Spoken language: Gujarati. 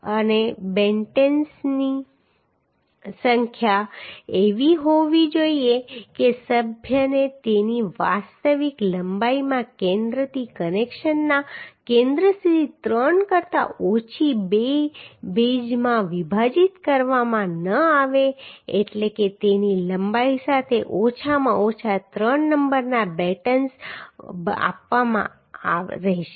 અને બેટેન્સની સંખ્યા એવી હોવી જોઈએ કે સભ્યને તેની વાસ્તવિક લંબાઈમાં કેન્દ્રથી કનેક્શનના કેન્દ્ર સુધી ત્રણ કરતા ઓછી બે બેઝમાં વિભાજિત કરવામાં ન આવે એટલે કે તેની લંબાઈ સાથે ઓછામાં ઓછા ત્રણ નંબરના બેટન્સ આપવાના રહેશે